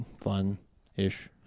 fun-ish